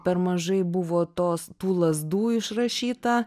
per mažai buvo tos tų lazdų išrašyta